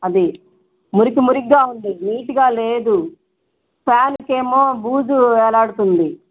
అది మురికి మురికిగా ఉంది నీట్గా లేదు ఫ్యాన్కు ఏమో బూజు వేలాడుతుంది